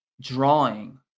drawing